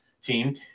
team